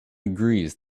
agrees